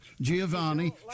Giovanni